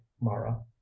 mara